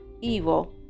evil